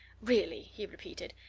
really! he repeated.